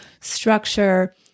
structure